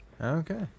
Okay